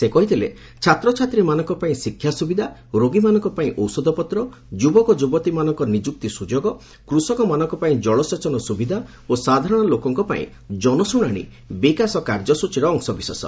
ସେ କହିଥିଲେ ଛାତ୍ରଛାତ୍ରୀମାନଙ୍କ ପାଇଁ ଶିକ୍ଷା ସୁବିଧା ରୋଗୀମାନଙ୍କ ପାଇଁ ଔଷଧପତ୍ର ଯୁବକଯୁବତୀମାନଙ୍କ ନିଯୁକ୍ତି ସୁଯୋଗ କୃଷକମାନଙ୍କ ପାଇଁ ଜଳସେଚନ ସୁବିଧା ଓ ସାଧାରଣ ଲୋକଙ୍କ ପାଇଁ ଜନଶ୍ରଣାଣି ବିକାଶ କାର୍ଯ୍ୟସ୍ତଚୀର ଅଂଶବିଶେଷ